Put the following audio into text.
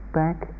back